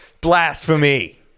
blasphemy